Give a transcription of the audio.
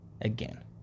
Again